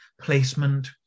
placement